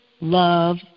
love